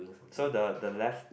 so the the left